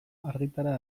argitara